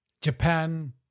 Japan